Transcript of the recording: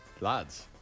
Lads